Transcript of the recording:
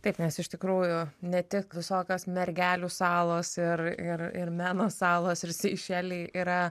taip nes iš tikrųjų ne tik visokios mergelių salos ir ir ir meno salos ir seišeliai yra